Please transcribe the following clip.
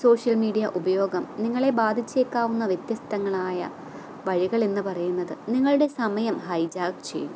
social media ഉപയോഗം നിങ്ങളെ ബാധിച്ചേക്കാവുന്ന വ്യത്യസ്തങ്ങളായ വഴികളെന്ന് പറയുന്നത് നിങ്ങളുടെ സമയം ഹൈജാക് ചെയ്യുന്നു